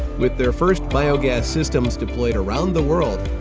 with their first biogas systems deployed around the world,